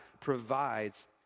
provides